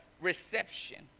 reception